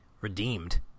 redeemed